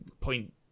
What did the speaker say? point